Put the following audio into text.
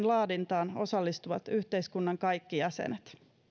laadintaan osallistuvat yhteiskunnan kaikki jäsenet